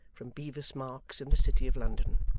from bevis marks in the city of london